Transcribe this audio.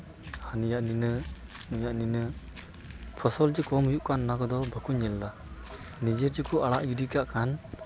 ᱩᱱᱤᱭᱟᱜ ᱱᱤᱱᱟᱹᱜ ᱱᱩᱭᱟᱜ ᱱᱤᱱᱟᱹᱜ ᱯᱷᱚᱥᱚᱞ ᱡᱮ ᱠᱚᱢ ᱦᱩᱭᱩᱜ ᱠᱟᱱ ᱚᱱᱟ ᱠᱚᱫᱚ ᱵᱟᱠᱚ ᱧᱮᱞᱫᱟ ᱱᱤᱡᱮ ᱛᱮᱠᱚ ᱟᱲᱟᱜ ᱜᱤᱰᱤ ᱠᱟᱜ ᱠᱷᱟᱱ